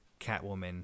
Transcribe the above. Catwoman